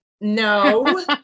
no